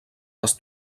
les